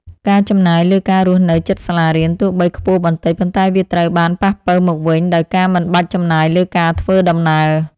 ការចំណាយលើការរស់នៅជិតសាលារៀនទោះបីខ្ពស់បន្តិច ប៉ុន្តែវាត្រូវបានប៉ះប៉ូវមកវិញដោយការមិនបាច់ចំណាយលើការធ្វើដំណើរ។